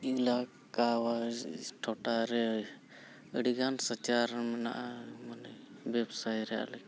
ᱤᱞᱟᱠᱟᱣᱟᱨ ᱴᱚᱴᱷᱟᱨᱮ ᱟᱹᱰᱤᱜᱟᱱ ᱥᱟᱪᱟᱨ ᱢᱮᱱᱟᱜᱼᱟ ᱢᱟᱱᱮ ᱵᱮᱵᱽᱥᱟᱭ ᱨᱮ ᱟᱞᱮ